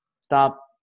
stop